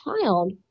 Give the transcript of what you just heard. child